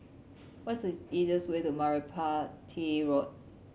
what is easiest way to Merpati Road